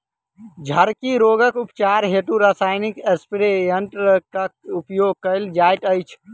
झड़की रोगक उपचार हेतु रसायनिक स्प्रे यन्त्रकक प्रयोग कयल जाइत अछि